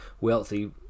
wealthy